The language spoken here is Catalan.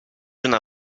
una